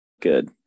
good